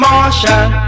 Martian